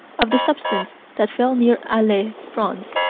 of the substance that fell near alais, france,